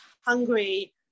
hungry